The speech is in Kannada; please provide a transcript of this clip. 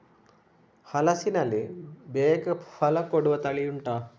ಹಲಸಿನಲ್ಲಿ ಬೇಗ ಫಲ ಕೊಡುವ ತಳಿ ಉಂಟಾ